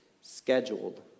scheduled